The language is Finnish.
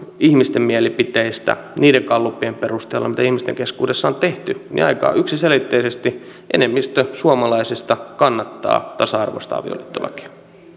ihmisten mielipiteistä niiden gallupien perusteella mitä ihmisten keskuudessa on tehty niin aika yksiselitteisesti enemmistö suomalaisista kannattaa tasa arvoista avioliittolakia